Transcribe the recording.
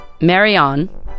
Marion